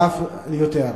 ואף יותר.